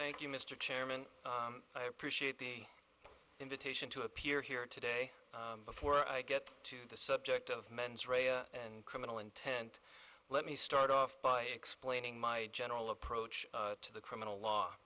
thank you mr chairman i appreciate the invitation to appear here today before i get to the subject of mens rea and criminal intent let me start off by explaining my general approach to the criminal law